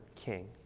king